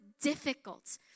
difficult